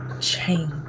change